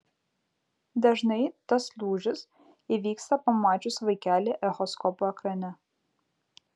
dažnai tas lūžis įvyksta pamačius vaikelį echoskopo ekrane